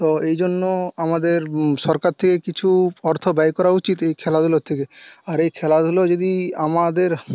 তো এই জন্য আমাদের সরকার থেকে কিছু অর্থ ব্যয় করা উচিত এই খেলাধুলোর থেকে আর এই খেলাধুলো যদি আমাদের